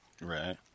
Right